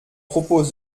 propose